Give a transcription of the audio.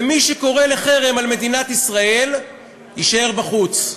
ומי שקורא לחרם על מדינת ישראל יישאר בחוץ,